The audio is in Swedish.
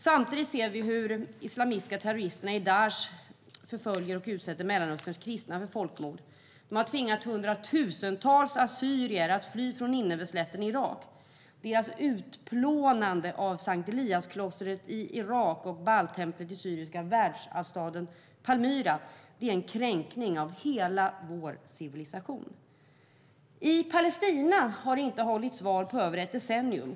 Samtidigt ser vi hur de islamistiska terroristerna i Daish förföljer och utsätter Mellanösterns kristna för folkmord. De har tvingat hundratusentals assyrier att fly från Nineveslätten i Irak. Deras utplånande av Sankt Eliasklostret i Irak och Baaltemplet i syriska världsarvsstaden Palmyra är en kränkning av hela vår civilisation. I Palestina har det inte hållits val på över ett decennium.